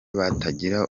batagira